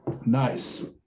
Nice